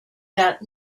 that